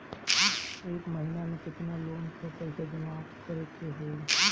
एक महिना मे केतना लोन क पईसा जमा करे क होइ?